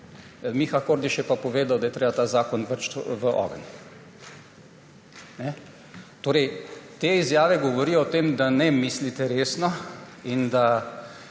Miha Kordiš je pa povedal, da je tega ta zakon vreči v ogenj. Torej te izjave govorijo o tem, da ne mislite resno in da